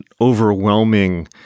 overwhelming